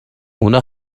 اونها